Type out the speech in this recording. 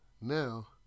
now